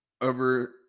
over